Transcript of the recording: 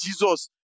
jesus